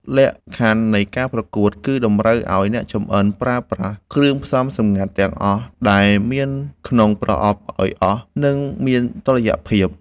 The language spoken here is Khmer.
លក្ខខណ្ឌនៃការប្រកួតគឺតម្រូវឱ្យអ្នកចម្អិនប្រើប្រាស់គ្រឿងផ្សំសម្ងាត់ទាំងអស់ដែលមានក្នុងប្រអប់ឱ្យអស់ និងមានតុល្យភាព។